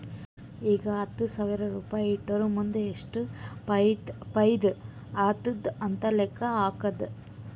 ಈಗ ಹತ್ತ್ ಸಾವಿರ್ ರುಪಾಯಿ ಇಟ್ಟುರ್ ಮುಂದ್ ಎಷ್ಟ ಫೈದಾ ಆತ್ತುದ್ ಅಂತ್ ಲೆಕ್ಕಾ ಹಾಕ್ಕಾದ್